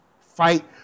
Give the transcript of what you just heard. fight